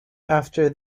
after